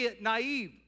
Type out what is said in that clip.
naive